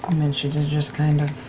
i mean, she did just kind of